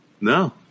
No